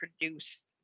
produced